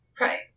Right